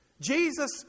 Jesus